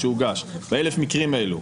ב-1,000 המקרים האלה,